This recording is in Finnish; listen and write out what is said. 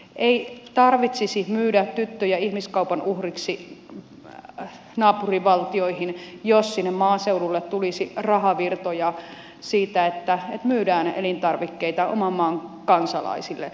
ei tarvitsisi myydä tyttöjä ihmiskaupan uhreiksi naapurivaltioihin jos sinne maaseudulle tulisi rahavirtoja siitä että myydään elintarvikkeita oman maan kansalaisille